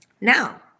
Now